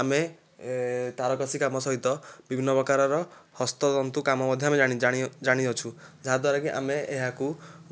ଆମେ ତାରକସି କାମ ସହିତ ବିଭିନ୍ନ ପ୍ରକାରର ହସ୍ତତନ୍ତ କାମ ମଧ୍ୟ ଜାଣି ଜାଣିଅଛୁ ଯାହାଦ୍ୱାରା କି ଆମେ ଏହାକୁ